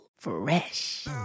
Fresh